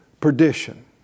perdition